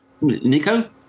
Nico